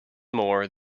more